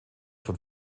von